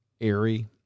airy